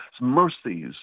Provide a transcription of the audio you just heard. mercies